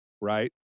right